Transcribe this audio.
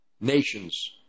nations